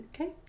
Okay